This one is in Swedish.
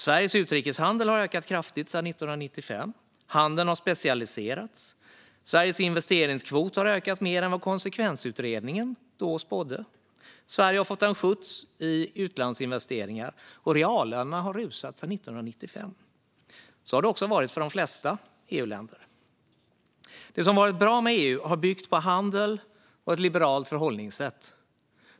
Sveriges utrikeshandel har ökat kraftigt sedan 1995. Handeln har specialiserats. Sveriges investeringskvot har ökat mer än vad konsekvensutredningen spådde. Sverige har fått en skjuts i utlandsinvesteringar. Reallönerna har rusat sedan 1995. Så har det varit för de flesta EU-länder. Det som varit bra med EU har byggt på handel och ett liberalt förhållningssätt.